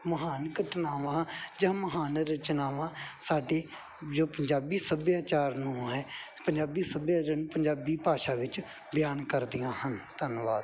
ਮਹਾਨ ਘਟਨਾਵਾਂ ਜਾਂ ਮਹਾਨ ਰਚਨਾਵਾਂ ਸਾਡੇ ਜੋ ਪੰਜਾਬੀ ਸੱਭਿਆਚਾਰ ਨੂੰ ਹੈ ਪੰਜਾਬੀ ਸੱਭਿਆਚਾਰ ਪੰਜਾਬੀ ਭਾਸ਼ਾ ਵਿੱਚ ਬਿਆਨ ਕਰਦੀਆਂ ਹਨ ਧੰਨਵਾਦ